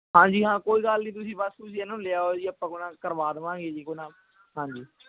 ਹਾਂਜੀ ਹਾਂ ਕੋਈ ਗੱਲ ਨਹੀਂ ਤੁਸੀਂ ਬਸ ਤੁਸੀਂ ਇਹਨਾਂ ਨੂੰ ਲੈ ਆਇਓ ਜੀ ਆਪਾਂ ਕੋਈ ਨਾ ਕਰਵਾ ਦਵਾਂਗੇ ਜੀ ਕੋਈ ਨਾ ਹਾਂਜੀ